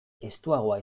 estuagoa